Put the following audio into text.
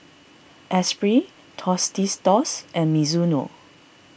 Esprit Tostitos and Mizuno